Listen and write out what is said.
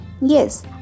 Yes